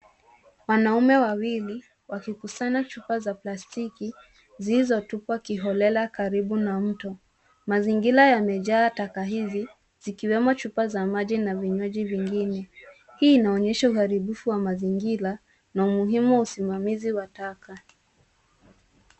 Wanaume wawili wakikusanya chupa za plastiki zilizotupwa kiholela karibu na mto. Mazingira yamejaa taka hiziz zikiwemo chupa za maji na vinywaji vingine. hii inaonyesha uharibifu wa mazingira na umuhimu wa usimamizi wa taka.